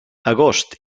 agost